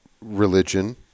religion